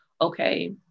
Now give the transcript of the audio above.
okay